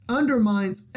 undermines